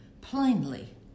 plainly